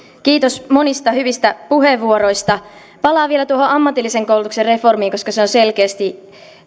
kiitos monista hyvistä puheenvuoroista palaan vielä tuohon ammatillisen koulutuksen reformiin koska se on selkeästi